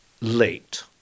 late